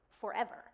forever